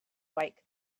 wake